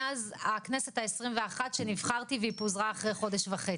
מאז הכנסת ה-21' שנבחרתי והיא פוזרה אחרי חודש וחצי,